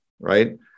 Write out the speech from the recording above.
right